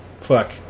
fuck